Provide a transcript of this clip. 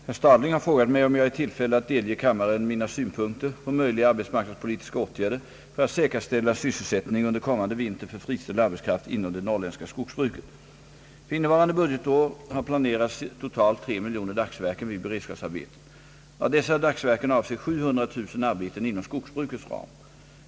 Herr talman! Herr Stadling har frågat mig om jag är i tillfälle att delge kammaren mina synpunkter på möjliga arbetsmarknadspolitiska åtgärder för att säkerställa sysselsättning under kommande vinter för friställd arbetskraft inom det norrländska skogsbruket. För innevarande budgetår har planerats totalt 3 milj. dagsverken vid beredskapsarbeten. Av dessa dagsverken avser 700 000 arbeten inom skogsbrukets ram.